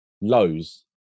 lows